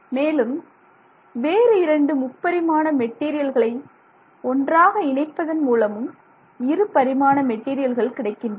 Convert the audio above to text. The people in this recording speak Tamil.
மேலும் வேறு 2 முப்பரிமாண மெட்டீரியல்களை ஒன்றாக இணைப்பதன் மூலமும் இருபரிமாண மெட்டீரியல் கிடைக்கின்றன